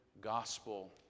gospel